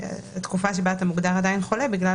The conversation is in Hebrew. התקופה שבה אתה מוגדר עדיין כחולה בגלל